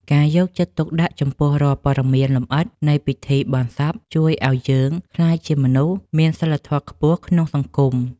ការយកចិត្តទុកដាក់ចំពោះរាល់ព័ត៌មានលម្អិតនៃពិធីបុណ្យសពជួយឱ្យយើងក្លាយជាមនុស្សដែលមានសីលធម៌ខ្ពស់ក្នុងសង្គម។